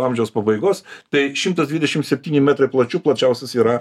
amžiaus pabaigos tai šimtas dvidešim septyni metrai plačių plačiausias yra